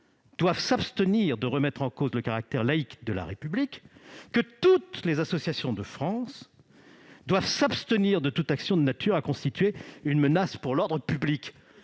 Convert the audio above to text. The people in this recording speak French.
doivent s'abstenir de remettre en cause le caractère laïque de la République. Toutes les associations de France doivent s'abstenir de toute action de nature à constituer une menace pour l'ordre public.